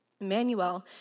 Emmanuel